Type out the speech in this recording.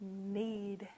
need